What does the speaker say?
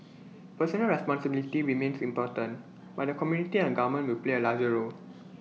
personal responsibility remains important but the community and government will play A larger role